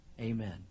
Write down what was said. Amen